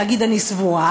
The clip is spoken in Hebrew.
להגיד: אני סבורה,